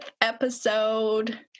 episode